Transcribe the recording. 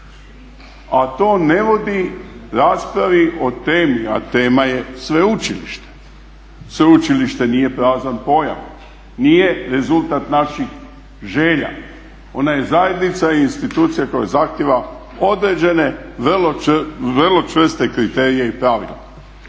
a to ne vodi raspravi o temi, a tema je sveučilište. Sveučilište nije prazan pojam, nije rezultat naših želja. Ona je zajednica i institucija koja zahtjeva određene vrlo čvrste kriterije i pravila.